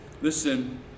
listen